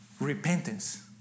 repentance